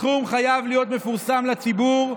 הסכום חייב להיות מפורסם לציבור,